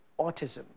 autism